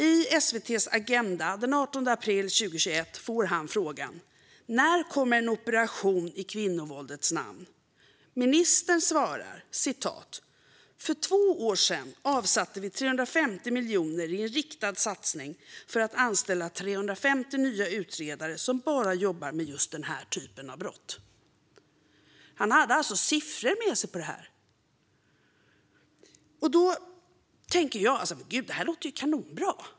I SVT:s Agenda den 18 april 2021 får han frågan: När kommer en operation i kvinnovåldets namn? Ministern svarar: För två år sedan avsatte vi 350 miljoner i en riktad satsning för att anställa 350 nya utredare som bara jobbar med just den här typen av brott. Han hade alltså siffror med sig om det här. Jag tänkte: Det låter ju kanonbra.